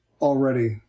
already